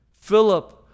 Philip